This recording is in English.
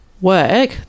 work